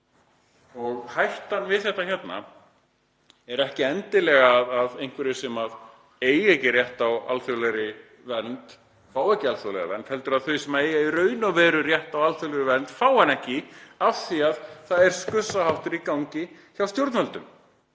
Hættan við þetta er ekki endilega að einhver sem eiga ekki rétt á alþjóðlegri vernd fái ekki alþjóðlega vernd heldur að þau sem eiga í raun og veru rétt á alþjóðlegri vernd fái hana ekki af því að það er skussaháttur í gangi hjá stjórnvöldum,